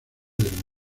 del